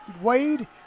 Wade